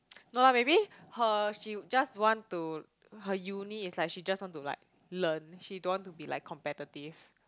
no lah maybe her she just want to her uni is like she just want to like learn she don't want to be like competitive